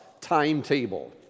timetable